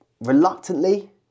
reluctantly